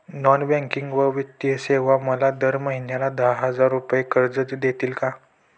Non banking व वित्तीय सेवा मला दर महिन्याला दहा हजार रुपये कर्ज देतील का?